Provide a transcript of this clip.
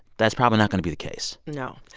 that's probably not going to be the case no.